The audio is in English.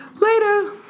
Later